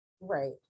Right